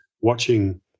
watching